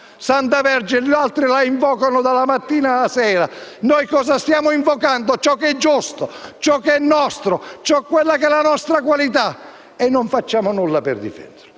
sta? Gli altri invocano dalla mattina alla sera, e noi cosa stiamo invocando? Ciò che è giusto, ciò che è nostro, la nostra qualità. Ma non facciamo nulla per difenderla.